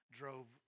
drove